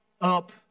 up